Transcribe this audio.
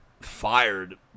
fired